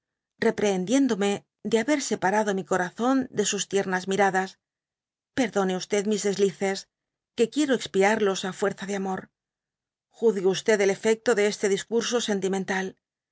reprehendiéndome de haber y separado mi corazón de sus tiema miradas perdone mis deslices que quiero expiarlos á aienéa de amor juzgue el efecto de este discurso sentimental